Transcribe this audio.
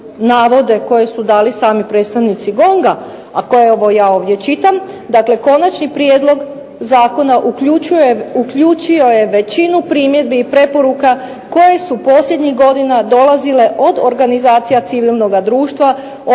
koje su dali sami predstavnici GONG-a, a koje evo ja ovdje čitam, dakle konačni prijedlog zakona uključio je većinu primjedbi i preporuka koje su posljednjih godina dolazile od organizacija civilnoga društva,